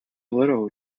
little